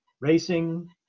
racing